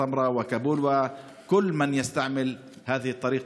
טמרה וכאבול ולכל מי שמשתמש בדרך הזאת,